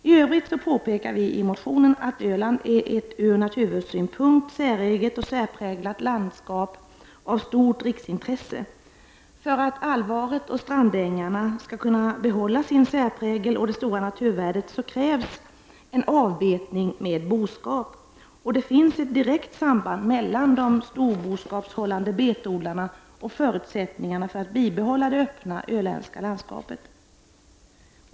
I övrigt påpekar vi i motionen att Öland är ett från naturvårdssynpunkt säreget och särpräglat landskap av stort riksintresse. För att Alvaret och strandängarna skall kunna behålla sin särprägel och det stora naturvärdet, krävs en avbetning med boskap. Det finns ett direkt samband mellan de storboskapshållande betodlarna och förutsättningarna för att bibehålla det öppna öländska landskapet.